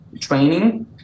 training